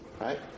right